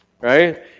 right